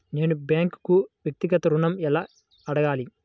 నేను బ్యాంక్ను వ్యక్తిగత ఋణం ఎలా అడగాలి?